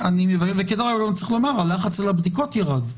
דרך אגב, צריך לומר שהלחץ על הבדיקות ירד.